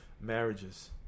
marriages